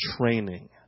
training